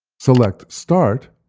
select start,